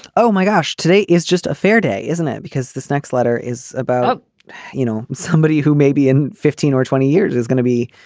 oh my gosh today is just a fair day isn't it. because this next letter is about you know somebody who maybe in fifteen or twenty years is gonna be